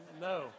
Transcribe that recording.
No